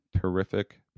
terrific